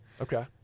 Okay